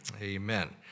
Amen